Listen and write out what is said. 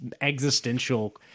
existential